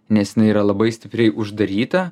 nes jinai yra labai stipriai uždaryta